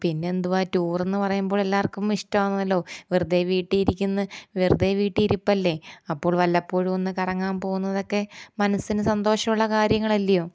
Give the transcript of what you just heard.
പിന്നെ എന്തുവാണ് ടൂറെന്നു പറയുമ്പോഴെല്ലാർക്കും ഇഷ്ടമാണല്ലോ വെറുതെ വീട്ടിലിരിക്കുന്നു വെറുതെ വീട്ടിലിരിപ്പല്ലേ അപ്പോൾ വല്ലപ്പോഴുമൊന്ന് കറങ്ങാൻ പോകുന്നതൊക്കെ മനസ്സിന് സന്തോഷമുള്ള കാര്യങ്ങളല്ലിയോ